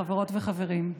חברות וחברים,